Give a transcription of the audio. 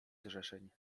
zrzeszeń